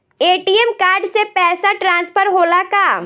ATM card से पैसा transfer होला का?